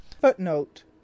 footnote